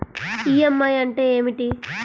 EMI అంటే ఏమిటి?